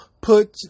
put